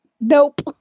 Nope